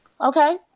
Okay